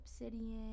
obsidian